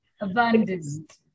Abundant